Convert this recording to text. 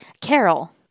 Carol